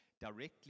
directly